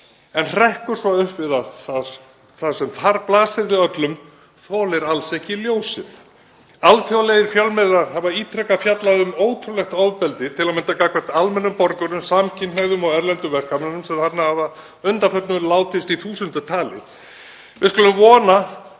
en hrekkur svo upp við það að það sem þar blasir við öllum þolir alls ekki ljósið. Alþjóðlegir fjölmiðlar hafa ítrekað fjallað um ótrúlegt ofbeldi, til að mynda gagnvart almennum borgurum, samkynhneigðum og erlendum verkamönnum sem þarna hafa að undanförnu látist í þúsundatali. Við skulum vona